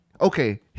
okay